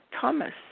Thomas